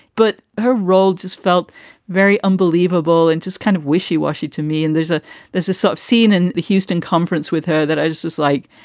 but her role just felt very unbelievable and just kind of wishy washy to me. and there's a there's a sort of scene in the houston conference with her that i just was like,